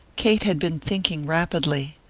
kate had been thinking rapidly.